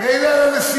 תנו לה להוביל.